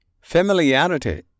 Familiarity